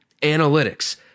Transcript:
analytics